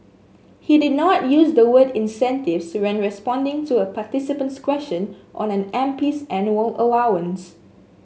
he did not use the word incentives when responding to a participant's question on an M P's annual allowance